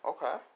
Okay